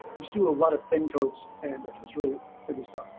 you do a lot of thin coats and it's really but good stuff.